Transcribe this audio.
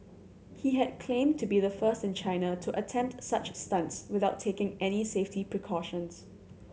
he had claimed to be the first in China to attempt such stunts without taking any safety precautions